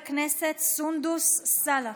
חברת הכנסת סונדוס סאלח.